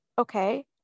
okay